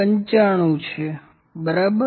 95 છે બરાબર